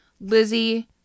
Lizzie